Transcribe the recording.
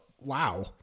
Wow